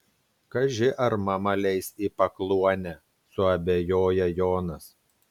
kaži ar mama leis į pakluonę suabejoja jonas